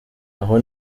aho